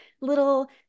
little